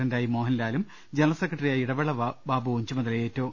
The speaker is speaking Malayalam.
ഡന്റായി മോഹൻലാലും ജനറൽ സെക്രട്ടറിയായി ഇടിവേള ബാബുവും ചുമതലയേറ്റു